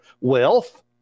wealth